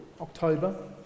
October